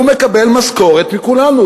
הוא מקבל משכורת מכולנו,